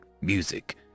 music